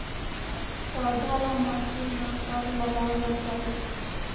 पौधा ल माटी म कब लगाए बर चाही?